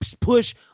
push